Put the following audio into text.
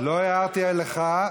לא הערתי לך.